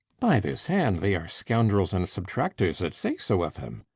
by this hand, they are scoundrels and subtractors that say so of him.